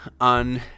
on